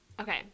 Okay